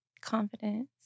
Confidence